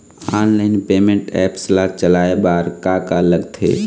Online payment apps ला चलाए बार का का लगथे?